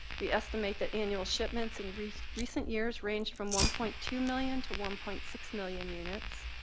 we estimate that annual shipments in recent recent years ranged from one point two million to one point six million units.